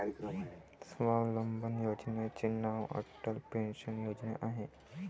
स्वावलंबन योजनेचे नाव अटल पेन्शन योजना आहे